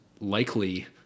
likely